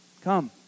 come